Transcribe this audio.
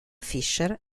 fisher